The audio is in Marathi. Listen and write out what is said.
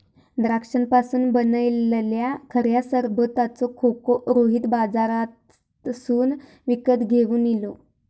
द्राक्षांपासून बनयलल्या खऱ्या सरबताचो खोको रोहित बाजारातसून विकत घेवन इलो